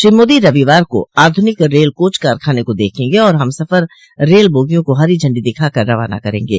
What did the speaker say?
श्री मोदी रविवार को आध्रनिक रेल कोच कारखाने को देखेंगे और हमसफर रेल बोगियों को हरी झंडी दिखाकर रवाना करगे